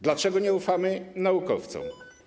Dlaczego nie ufamy naukowcom?